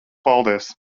paldies